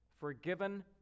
Forgiven